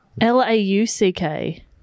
L-A-U-C-K